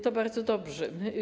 To bardzo dobrze.